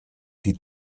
die